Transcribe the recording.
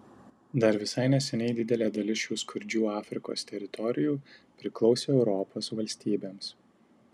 dar visai neseniai didelė dalis šių skurdžių afrikos teritorijų priklausė europos valstybėms